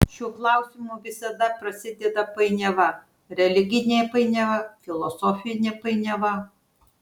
šiuo klausimu visada prasideda painiava religinė painiava filosofinė painiava